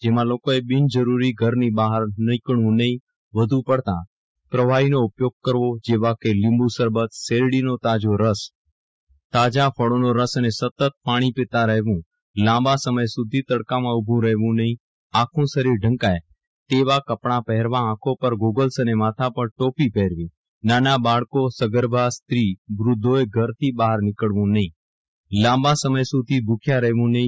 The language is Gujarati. જેમાં લોકોએ બિનજરૂરી ઘરની બહાર નીકળવું નફિ વધુ પડતા પ્રવાફી નો ઉપયોગ કરવો જેવા કે લીંબું શરબતશેરડી નો તાજો રસતાજા ફળો નો રસ અને સતત પાણી પીતા રેફવું લાંબો સમય સુધી તડકામાં ઉભા રહેવું નહિ આખું શરીર ઢંકાય તેવા કપડા પહેરવા આંખો પર ગોગલ્સ અને માથા પર ટોપી પહેરવી નાના બાળકોસગર્ભા સ્ત્રીવૃદ્વોએ ધરથી બહાર નીકળવું નહિ લાંબો સમય ભૂખ્યા રહેવું નફી